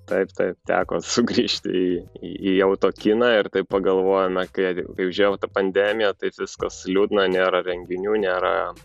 taip taip teko sugrįžti į į autokiną ir taip pagalvojome kai užėjo ta pandemija taip viskas liūdna nėra renginių nėra